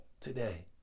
today